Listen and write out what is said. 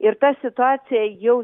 ir ta situacija jau